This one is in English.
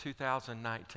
2019